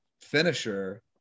finisher